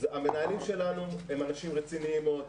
המנהלים שלנו הם אנשים רציניים מאוד,